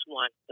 one